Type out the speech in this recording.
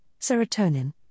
serotonin